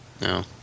No